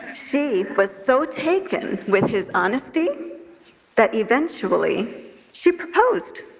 she was so taken with his honesty that eventually she proposed.